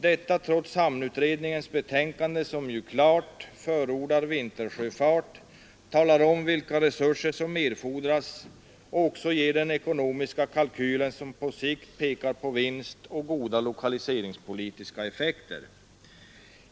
Detta trots att hamnutredningens betänkande, som ju klart förordar vintersjöfart, talar om vilka resurser som erfordras och också ger den ekonomiska kalkylen, som på sikt pekar på vinst och goda lokaliseringspolitiska effekter.